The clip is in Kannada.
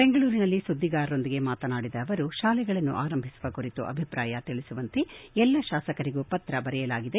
ಬೆಂಗಳೂರಿನಲ್ಲಿ ಸುದ್ದಿಗಾರರೊಂದಿಗೆ ಮಾತನಾಡಿದ ಸಚಿವರು ಶಾಲೆಗಳನ್ನು ಆರಂಭಿಸುವ ಕುರಿತು ಅಭಿಪ್ರಾಯ ತಿಳಿಸುವಂತೆ ಎಲ್ಲಾ ಶಾಸಕರಿಗೂ ಪತ್ರ ಬರೆಯಲಾಗಿದೆ